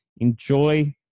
Enjoy